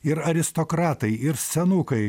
ir aristokratai ir senukai